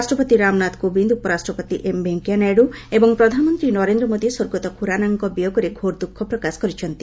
ରାଷ୍ଟ୍ରପତି ରାମନାଥ କୋବିନ୍ଦ୍ ଉପରାଷ୍ଟ୍ରପତି ଏମ୍ ଭେଙ୍କିୟା ନାଇଡ଼ୁ ଏବଂ ପ୍ରଧାନମନ୍ତ୍ରୀ ନରେନ୍ଦ୍ର ମୋଦି ସ୍ୱର୍ଗତ ଖୁରାନାଙ୍କ ବିୟୋଗରେ ଘୋର ଦୁଃଖ ପ୍ରକାଶ କରିଛନ୍ତି